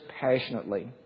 passionately